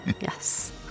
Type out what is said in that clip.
Yes